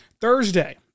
Thursday